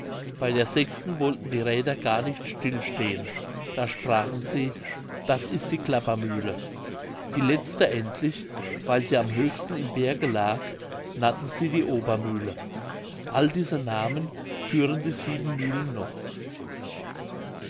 bei der sechsten wollten die räder gar nicht still stehen da sprachen sie das ist die klappermühle die letzte endlich weil sie am höchsten im berge lag nannten sie die obermühle alle diese namen führen die sieben mühlen noch